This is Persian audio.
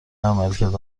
عملکرد